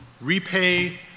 Repay